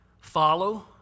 Follow